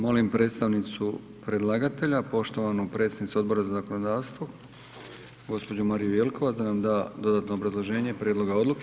Molim predstavnicu predlagatelja poštovanu predsjednicu Odbora za zakonodavstvo gđu. Mariju Jelkovac da nam da dodatno obrazloženje prijedloga odluke.